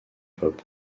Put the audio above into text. pop